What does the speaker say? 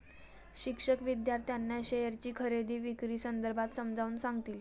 शिक्षक विद्यार्थ्यांना शेअरची खरेदी विक्री संदर्भात समजावून सांगतील